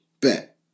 Bet